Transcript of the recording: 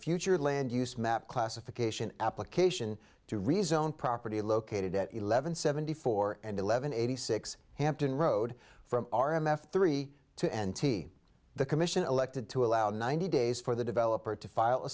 future land use map classification application to rezone property located at eleven seventy four and eleven eighty six hampton road from r m f three to n t the commission elected to allow ninety days for the developer to file a